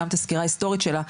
גם את הסקירה ההיסטורית שלה,